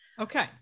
Okay